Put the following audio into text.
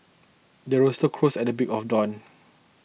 the rooster crows at break of dawn